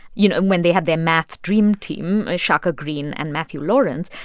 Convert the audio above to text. you know, when they had their math dream team, ah shaka greene and matthew lawrence,